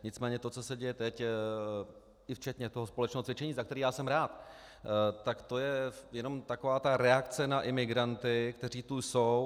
Nicméně to, co se děje teď, včetně toho společného cvičení, za které jsem rád, tak to je jenom taková ta reakce na imigranty, kteří tu jsou.